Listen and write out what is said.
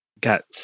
got